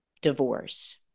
divorce